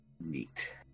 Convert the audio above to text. Neat